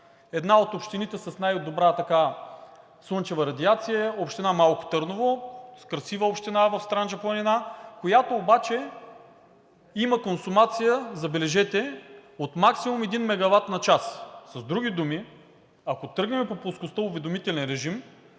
една от общините с най-добра слънчева радиация, община Малко Търново – красива община в Странджа планина, която обаче има консумация, забележете, от максимум 1 мегават на час. С други думи, ако тръгнем по плоскостта „уведомителен режим“,